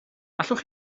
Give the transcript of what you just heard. allwch